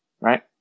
Right